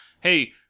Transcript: hey